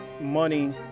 money